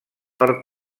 per